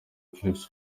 clips